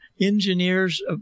engineers